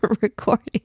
recording